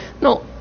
No